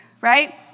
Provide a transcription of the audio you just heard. right